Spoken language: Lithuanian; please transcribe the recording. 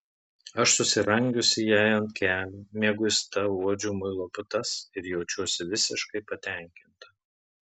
aš susirangiusi jai ant kelių mieguista uodžiu muilo putas ir jaučiuosi visiškai patenkinta